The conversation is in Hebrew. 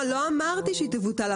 לא אמרתי שהיא תבוטל.